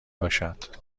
باشد